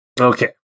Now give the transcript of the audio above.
Okay